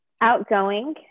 Outgoing